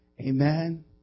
Amen